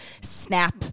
snap